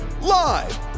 Live